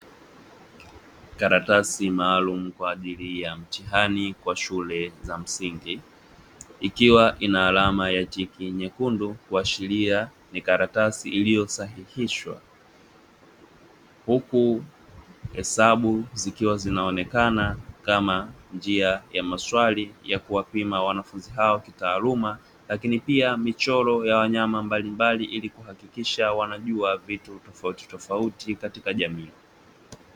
Karatasi maalum kwa ajili ya mtihani kwa shule za msingi. Ikiwa ina alama ya tiki nyekundu kuashiria ni karatasi iliyosahihishwa. Huku hesabu zikiwa zinaonekana kama njia ya maswali ya kuwapima wanafunzi hao kitaaluma, lakini pia michoro ya wanyama mbalimbali ili kuhakikisha wanajua vitu tofautitofauti katika jamii.